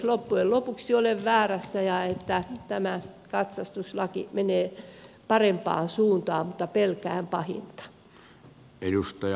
loppujen lopuksi toivon että olen väärässä ja että tämä katsastuslaki menee parempaan suuntaan mutta pelkään pahinta